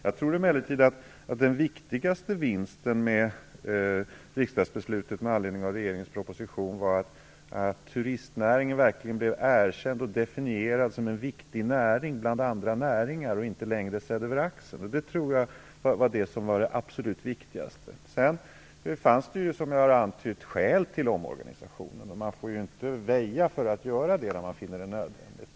Jag tror emellertid att den viktigaste vinsten med riksdagsbeslutet med anledning av regeringens proposition var att turistnäringen verkligen blev erkänd och definierad som en viktig näring bland andra näringar och inte längre blev sedd över axeln. Det tror jag var det absolut viktigaste. Sedan fanns det, som jag har antytt, skäl att göra omorganisationen, och man får ju inte väja för att göra en sådan när man finner det nödvändigt.